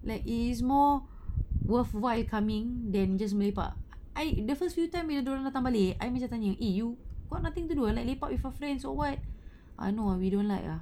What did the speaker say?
like it is more worthwhile coming than just melepak i~ the first few time dia orang datang balik I macam tanya eh you got nothing to do ah like lepak with your friends or what ah no ah we don't like ah